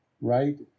right